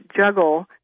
juggle